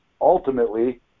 ultimately